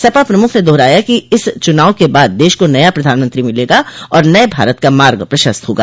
सपा प्रमुख ने दोहराया कि इस चुनाव के बाद देश को नया प्रधानमंत्री मिलेगा और नये भारत का मार्ग प्रशस्त होगा